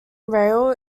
rail